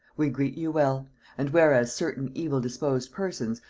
we greet you well and whereas certain evil-disposed persons,